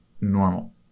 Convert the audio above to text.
normal